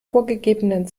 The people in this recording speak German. vorgegebenen